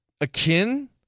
akin